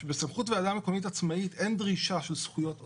שבסמכות של ועדה מקומית עצמאית אין דרישה של זכויות עודפות,